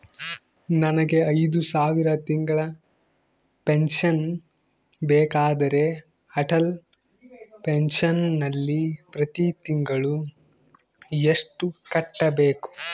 ನನಗೆ ಐದು ಸಾವಿರ ತಿಂಗಳ ಪೆನ್ಶನ್ ಬೇಕಾದರೆ ಅಟಲ್ ಪೆನ್ಶನ್ ನಲ್ಲಿ ಪ್ರತಿ ತಿಂಗಳು ಎಷ್ಟು ಕಟ್ಟಬೇಕು?